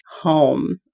home